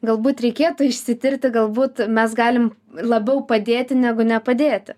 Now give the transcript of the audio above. galbūt reikėtų išsitirti galbūt mes galim labiau padėti negu nepadėti